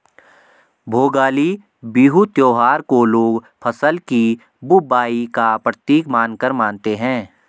भोगाली बिहू त्योहार को लोग फ़सल की बुबाई का प्रतीक मानकर मानते हैं